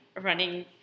Running